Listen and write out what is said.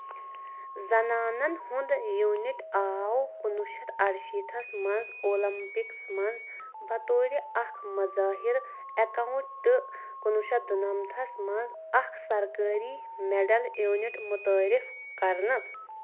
زنانَن ہُنٛد یوٗنٹ آو کُنوُہ شیٚتھ اَرٕشيٖتھ تھس مَنٛز اولمپکس مَنٛز بطورِ اكھ مظٲہر ایکاونٹہٕ کُنوُہ شیٚتھ دُنَمَتھ تھس مَنٛز اَکھ سرکٲرِی میڈل یوٗنٹ مُتعٲرِف كرنہٕ